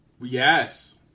Yes